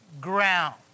ground